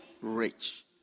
rich